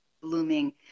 blooming